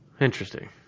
Interesting